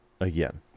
again